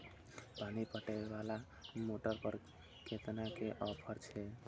पानी पटवेवाला मोटर पर केतना के ऑफर छे?